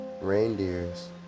reindeers